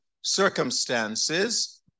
circumstances